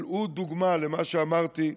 אבל הוא דוגמה למה שאמרתי: